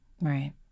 Right